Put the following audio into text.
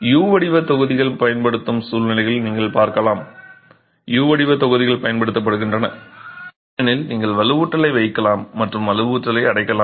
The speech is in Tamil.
U வடிவத் தொகுதிகள் பயன்படுத்தப்படும் சூழ்நிலைகளையும் நீங்கள் பார்க்கலாம் U வடிவத் தொகுதிகள் பயன்படுத்தப்படுகின்றன ஏனெனில் நீங்கள் வலுவூட்டலை வைக்கலாம் மற்றும் வலுவூட்டலை அடைக்கலாம்